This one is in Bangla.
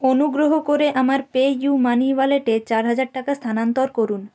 অনুগ্রহ করে আমার পেইউমানি ওয়ালেটে চার হাজার টাকা স্থানান্তর করুন